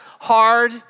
hard